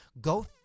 go